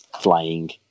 flying